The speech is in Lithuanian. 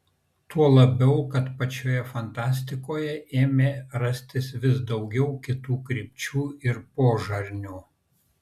tuo labiau kad pačioje fantastikoje ėmė rastis vis daugiau kitų krypčių ir požanrių